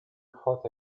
hot